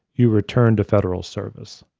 you return to federal service.